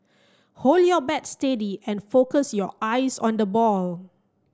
hold your bat steady and focus your eyes on the ball